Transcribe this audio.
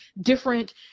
different